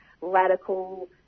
radical